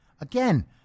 again